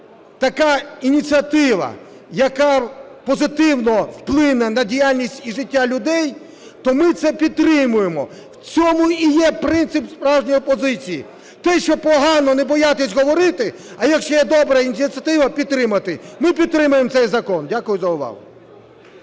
така ініціатива, яка позитивно вплине на діяльність і життя людей, то ми це підтримуємо, в цьому і є принцип справжньої опозиції. Те, що погано, не боятися говорити, а якщо є добра ініціатива, підтримати. Ми підтримаємо цей закон. Дякую за увагу.